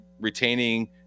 retaining